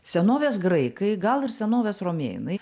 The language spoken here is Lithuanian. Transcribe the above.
senovės graikai gal ir senovės romėnai